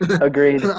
Agreed